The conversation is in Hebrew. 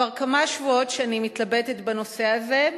כבר כמה שבועות שאני מתלבטת בנושא הזה,